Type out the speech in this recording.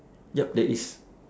yup there is